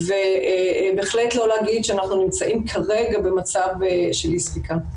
ובהחלט לא להגיד שאנחנו נמצאים כרגע במצב של אי ספיקה.